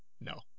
No